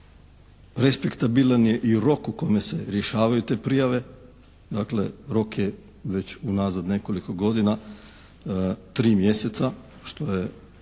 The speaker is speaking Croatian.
respektabilan je i rok u kome se rješavaju te prijave, dakle rok je već unazad nekoliko godina tri mjeseca što je